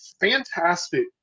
fantastic